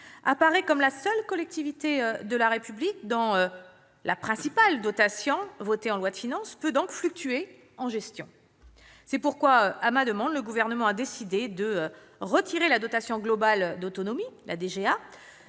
Cela en fait la seule collectivité de la République dont la principale dotation, votée en loi de finances, peut fluctuer en gestion. C'est pourquoi, sur ma demande, le Gouvernement a décidé de retirer la dotation globale d'autonomie, ou DGA,